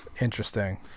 Interesting